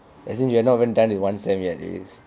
as in you are not even done with one sem yet is